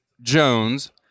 jones